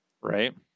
Right